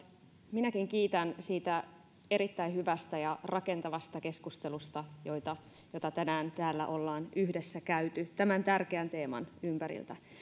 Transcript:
minäkin kiitän siitä erittäin hyvästä ja rakentavasta keskustelusta jota tänään täällä olemme yhdessä käyneet tämän tärkeän teeman ympärillä